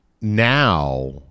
now